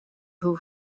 who